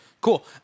Cool